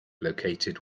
located